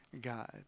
God